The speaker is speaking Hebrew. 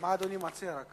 מה אדוני מציע?